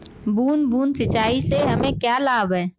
बूंद बूंद सिंचाई से हमें क्या लाभ है?